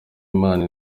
imana